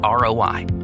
ROI